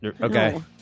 Okay